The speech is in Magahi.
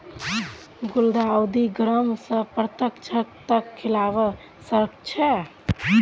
गुलदाउदी गर्मी स पतझड़ तक खिलवा सखछे